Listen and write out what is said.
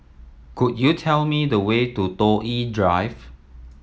could you tell me the way to Toh Yi Drive